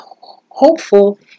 hopeful